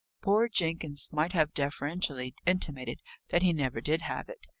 poor jenkins might have deferentially intimated that he never did have it.